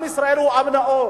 עם ישראל הוא עם נאור.